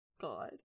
God